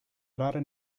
rare